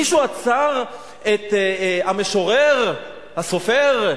מישהו עצר את המשורר, הסופר,